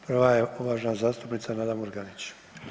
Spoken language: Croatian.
Prva je uvažena zastupnica Nada Murganić.